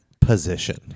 position